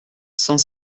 cent